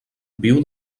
viu